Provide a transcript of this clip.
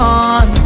on